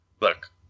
look